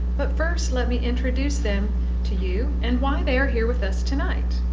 but first let me introduce them to you and why they are here with us tonight.